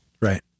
Right